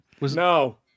No